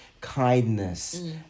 kindness